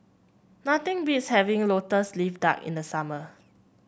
nothing beats having lotus leaf duck in the summer